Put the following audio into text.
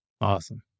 Awesome